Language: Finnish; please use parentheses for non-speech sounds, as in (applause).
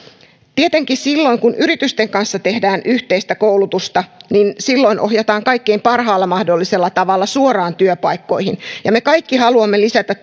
tietenkin silloin kun yritysten kanssa tehdään yhteistä koulutusta ohjataan kaikkein parhaalla mahdollisella tavalla suoraan työpaikkoihin me kaikki haluamme lisätä (unintelligible)